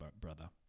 brother